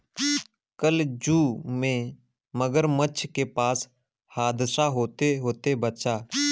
कल जू में मगरमच्छ के पास हादसा होते होते बचा